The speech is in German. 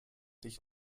dich